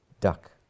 Duck